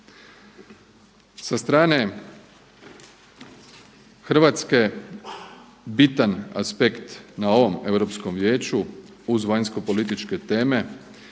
Sa strane Hrvatske bitan aspekt na ovom Europskom vijeću uz vanjsko političke teme